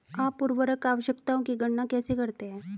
आप उर्वरक आवश्यकताओं की गणना कैसे करते हैं?